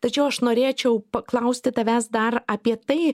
tačiau aš norėčiau paklausti tavęs dar apie tai